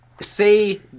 say